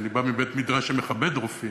ואני בא מבית-מדרש שמכבד רופאים,